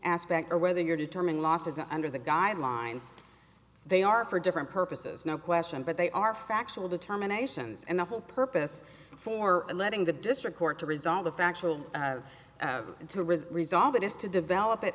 aspect or whether you're determined losses under the guidelines they are for different purposes no question but they are factual determinations and the whole purpose for letting the district court to resolve the factual and to really resolve it is to develop it